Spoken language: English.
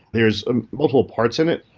there's ah multiple parts in it.